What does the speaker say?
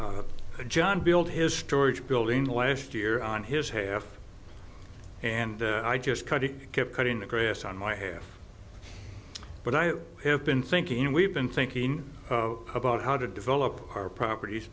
john build his storage building last year on his half and i just cut it kept cutting the grass on my head but i have been thinking and we've been thinking about how to develop our propert